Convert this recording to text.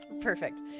Perfect